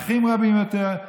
אחים רבים יותר,